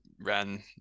ran